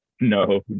No